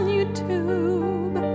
YouTube